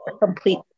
Complete